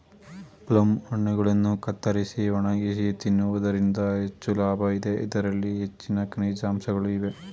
plum ಹಣ್ಣುಗಳನ್ನು ಕತ್ತರಿಸಿ ಒಣಗಿಸಿ ತಿನ್ನುವುದರಿಂದ ಹೆಚ್ಚು ಲಾಭ ಇದೆ, ಇದರಲ್ಲಿ ಹೆಚ್ಚಿನ ಖನಿಜಾಂಶಗಳು ಇವೆ